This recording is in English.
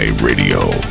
Radio